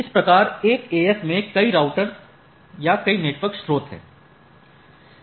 इस प्रकार एक AS में कई राऊटर में या कई नेटवर्क स्रोत हैं